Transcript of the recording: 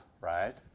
right